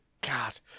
God